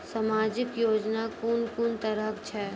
समाजिक योजना कून कून तरहक छै?